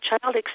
child